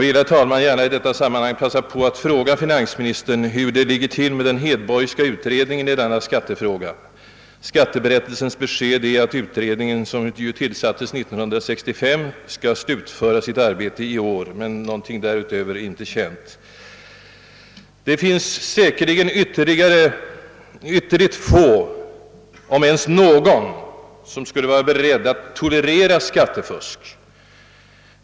Jag vill i detta sammanhang gärna passa på att fråga finansministern hur det ligger till med den Hedborgska utredningen i denna skattefråga. Riksdagsberättelsens besked är att utredningen, som tillsattes år 1965, skall slutföra sitt arbete i år. Någonting därutöver är inte känt. Det finns säkerligen ytterligt få om ens någon som skulle vara beredd att tolerera skattefusk.